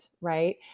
right